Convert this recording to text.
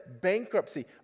bankruptcy